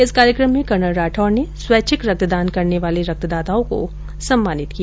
इस कार्यक्रम में कर्नल राठौड ने स्थैच्छिक रक्तदान करने वाले रक्तदाताओं को सम्मानित किया